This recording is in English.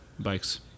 bikes